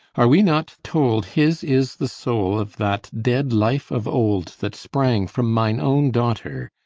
are we not told his is the soul of that dead life of old that sprang from mine own daughter?